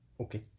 okay